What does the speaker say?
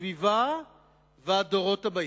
הסביבה והדורות הבאים.